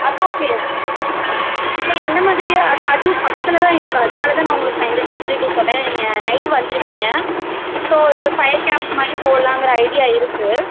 அது ஓகே நீங்கள் எந்த மாதிரி அதுதான் அது பக்கத்தில்தான் இருக்குது அதனால்தான் நான் உங்களுக்கு நான் இந்த ஃபெசிலிட்டி சொல்கிறேன் நீங்கள் நைட்டு வந்துருவீங்க ஸோ ஒரு ஃபயர் கேம்ப் மாதிரி போடலாங்குற ஐடியா இருக்குது